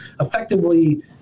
Effectively